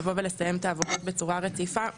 לבוא ולסיים את העבודות בצורה רציפה,